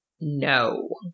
No